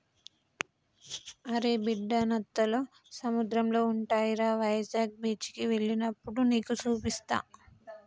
అరే బిడ్డా నత్తలు సముద్రంలో ఉంటాయిరా వైజాగ్ బీచికి ఎల్లినప్పుడు నీకు సూపిస్తా